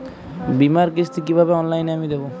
বীমার কিস্তি কিভাবে অনলাইনে আমি দেবো?